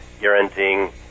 guaranteeing